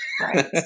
right